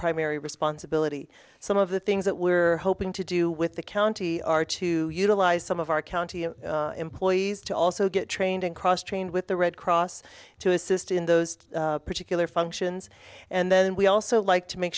primary responsibility some of the things that we are hoping to do with the county are to utilize some of our county employees to also get trained in cross train with the red cross to assist in those particular functions and then we also like to make